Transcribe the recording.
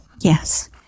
Yes